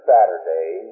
Saturday